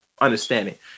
understanding